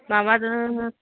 माबाजों